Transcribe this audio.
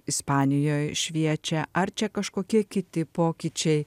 ispanijoj šviečia ar čia kažkokie kiti pokyčiai